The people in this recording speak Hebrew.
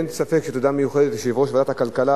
אין ספק שתודה מיוחדת מגיעה ליושב-ראש ועדת הכלכלה,